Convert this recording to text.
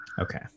Okay